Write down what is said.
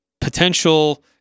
potential